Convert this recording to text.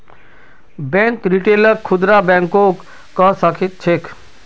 bank रिटेलक खुदरा बैंको कह छेक